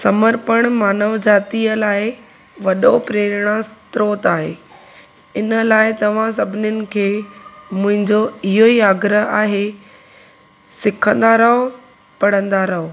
समर्पण मानव जातीअ लाइ वॾो प्रेरणा स्त्रोत आहे इन लाइ तव्हां सभिनीनि खे मुंहिंजो इहोई आग्रह आहे सिखंदा रहो पढ़ंदा रहो